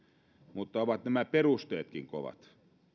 mutta ovat nämä perusteetkin kovat